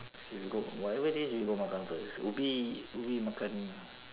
okay we go whatever it is we go makan first ubi ubi makan